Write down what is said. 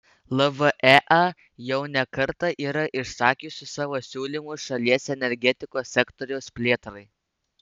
lvea jau ne kartą yra išsakiusi savo siūlymus šalies energetikos sektoriaus plėtrai